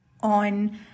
on